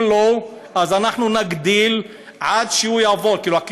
אם לא, אנחנו נגדיל, עד שהוא יעבור אותה.